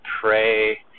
pray